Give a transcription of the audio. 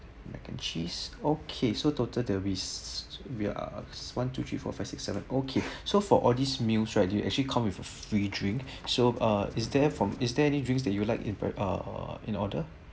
mac and cheese okay so total there is there are one two three four five six seven okay so for all these meals right you actually come with a free drink so uh is there from is there any drinks that you like in pr~ uh to order